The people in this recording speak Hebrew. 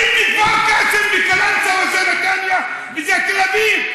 אני מכפר קאסם, מקלנסווה, זה נתניה וזה תל אביב.